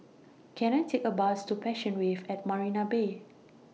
Can I Take A Bus to Passion Wave At Marina Bay